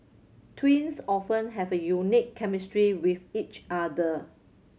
twins often have a unique chemistry with each other